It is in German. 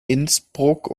innsbruck